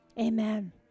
amen